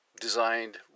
designed